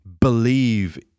believe